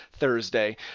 Thursday